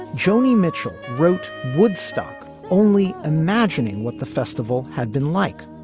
ah joni mitchell wrote woodstock only imagining what the festival had been like.